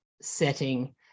setting